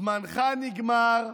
זמנך נגמר.